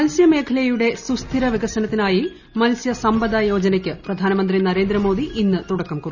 മത്സൃമേഖലയുടെ സുസ്ഥിര വികസനത്തിനായി മത്സ്യ സമ്പദ യോജനയ്ക്ക് പ്രധാനമന്ത്രി നരേന്ദ്രമോദി ഇന്ന് തുടക്കം കുറിക്കും